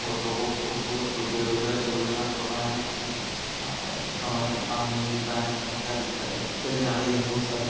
और लोगों को बहुत बेरोजगारी से गुजरना पड़ रहा है किसी को समय पे काम नहीं मिल रहा है किसी को क्या दिक्कत है दिक्कतें आ रही हैं बहुत सारी